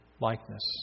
likeness